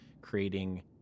creating